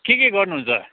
के के गर्नुहुन्छ